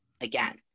again